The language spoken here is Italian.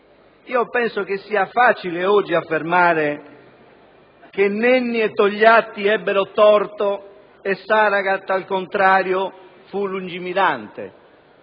Penso che sia facile, oggi, affermare che Nenni e Togliatti ebbero torto e Saragat, al contrario, fu lungimirante.